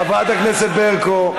חברת הכנסת ברקו.